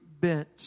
bent